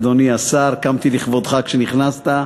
אדוני השר, קמתי לכבודך כשנכנסת,